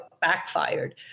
backfired